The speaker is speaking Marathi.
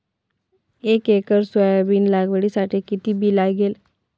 एक एकर सोयाबीन लागवडीसाठी किती बी लागेल?